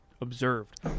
observed